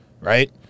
right